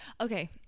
okay